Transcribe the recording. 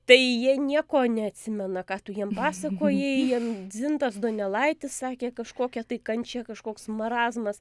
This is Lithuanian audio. tai jie nieko neatsimena ką tu jiem pasakojai jiem dzin tas donelaitis sakė kažkokia tai kančia kažkoks marazmas